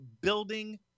building